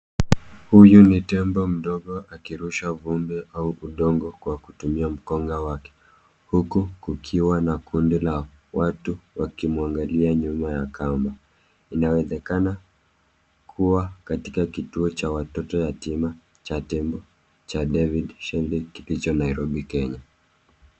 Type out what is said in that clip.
Huyu ni tembo mdogo akirusha vumbi au udongo kwa kutumia mkonga wake huku kukiwa na kundi la watu wakimwangalia nyuma ya kamba. Inawezekana kuwa katika kituo cha watoto yatima cha tembo cha David Shelly kilicho Nairobi Kenya.